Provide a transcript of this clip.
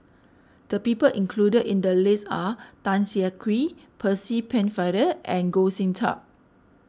the people included in the list are Tan Siah Kwee Percy Pennefather and Goh Sin Tub